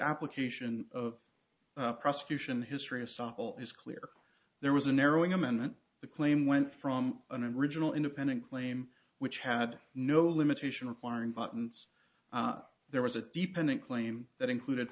application of prosecution history of softball is clear there was a narrowing amendment the claim went from an and original independent claim which had no limitation requiring buttons there was a dependent claim that included